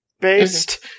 based